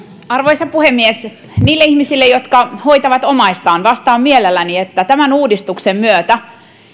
arvoisa puhemies niille ihmisille jotka hoitavat omaistaan vastaan mielelläni että tämän uudistuksen myötä